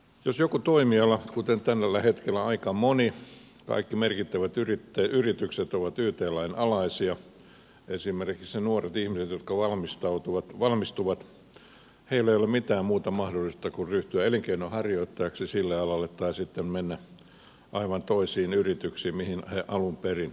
jos jollakin toimialalla kuten tällä hetkellä aika monella kaikki merkittävät yritykset ovat yt lain alaisia esimerkiksi nuorilla ihmisillä jotka valmistuvat ei ole mitään muuta mahdollisuutta kuin ryhtyä elinkeinonharjoittajaksi sille alalle tai sitten mennä aivan toisiin yrityksiin kuin he alun perin ajattelivat